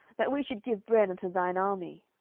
that we should give bread unto thine army?